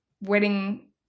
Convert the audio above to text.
wedding